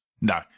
No